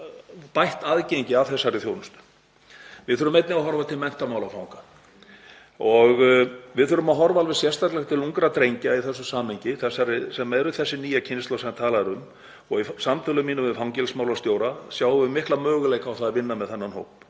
og bætt aðgengi að þessari þjónustu. Við þurfum einnig að horfa til menntamála fanga og við þurfum að horfa alveg sérstaklega til ungra drengja í þessu samhengi, sem eru þessi nýja kynslóð sem talað er um og í samtölum mínum við fangelsismálastjóra sjáum við mikla möguleika á að vinna með þennan hóp.